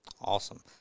awesome